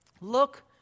look